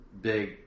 big